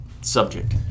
subject